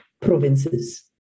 provinces